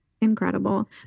incredible